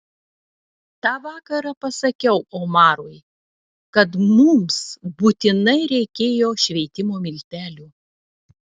tą vakarą pasakiau omarui kad mums būtinai reikėjo šveitimo miltelių